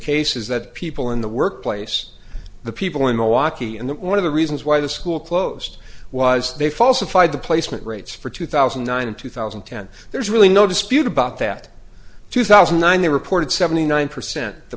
case is that people in the workplace the people in milwaukee and that one of the reasons why the school closed was they falsified the placement rates for two thousand and nine and two thousand and ten there's really no dispute about that two thousand and nine they reported seventy nine percent the